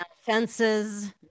Fences